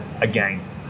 again